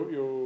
eu